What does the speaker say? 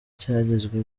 cyagizwe